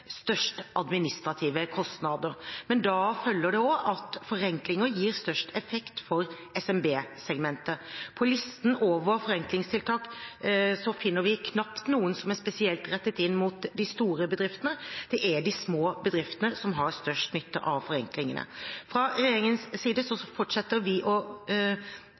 størst administrative kostnader. Men da følger det også at forenklinger gir størst effekt for SMB-segmentet. På listen over forenklingstiltak finner vi knapt noen som er spesielt rettet inn mot de store bedriftene. Det er de små bedriftene som har størst nytte av forenklingene. Fra regjeringens side fortsetter vi å